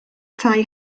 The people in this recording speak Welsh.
tai